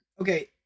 Okay